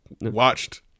watched